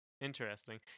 interesting